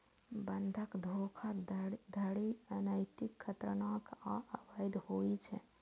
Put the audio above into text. बंधक धोखाधड़ी अनैतिक, खतरनाक आ अवैध होइ छै